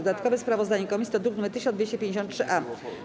Dodatkowe sprawozdanie komisji to druk nr 1253-A.